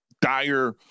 dire